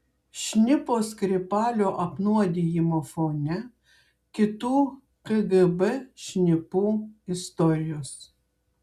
šnipo skripalio apnuodijimo fone kitų kgb šnipų istorijos